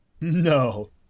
No